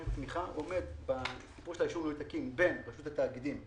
תמיכה עומד בין רשות התאגידים,